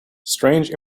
strange